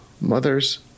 Mothers